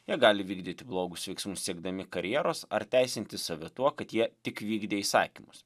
jie gali vykdyti blogus veiksmus siekdami karjeros ar teisinti save tuo kad jie tik vykdė įsakymus